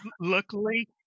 Luckily